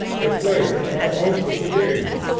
the players are also the game,